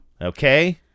Okay